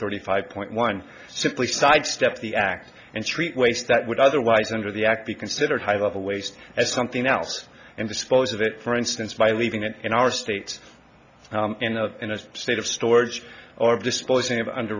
thirty five point one simply sidestep the act and treat waste that would otherwise under the act be considered high level waste and something else and dispose of it for instance by leaving it in our states in a in a state of storage or